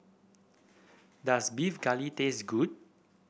does Beef Galbi taste good